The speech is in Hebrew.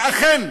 ואכן,